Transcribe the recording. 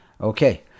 Okay